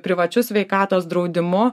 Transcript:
privačiu sveikatos draudimu